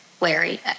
Larry